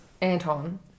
Anton